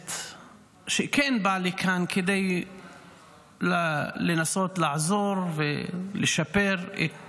כנסת שכן בא לכאן כדי לנסות לעזור ולשפר את